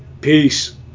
peace